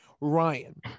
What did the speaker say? Ryan